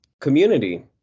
community